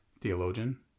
Theologian